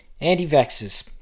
Anti-vaxxers